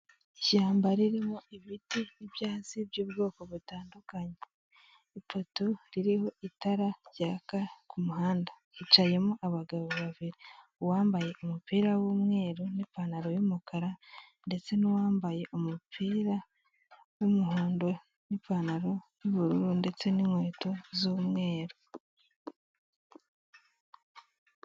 Ishyamba ririmo ibiti n'ibyatsi by'ubwoko butandukanye, ipoto ririho itara ryaka ku muhanda, hicayemo abagabo babiri, uwambaye umupira w'umweru n'ipantaro y'umukara ndetse n'uwambaye umupira w'umuhondo n'ipantaro y'ubururu ndetse n'inkweto z'umweru.